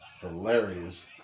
Hilarious